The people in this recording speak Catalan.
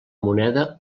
moneda